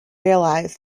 realize